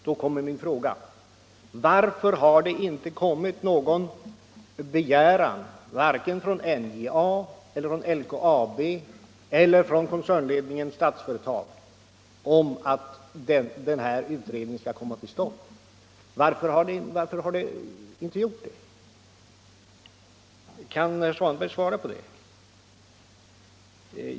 Då är min fråga: Varför har det inte kommit någon begäran vare sig från NJA, från LKAB eller från koncernledningen Statsföretag om att den här utredningen skall komma till stånd? Kan herr Svanberg svara på det?